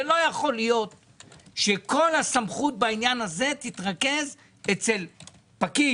לא יכול להיות שכל הסמכות בעניין הזה תתרכז אצל פקיד